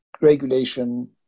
regulation